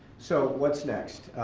so, what's next?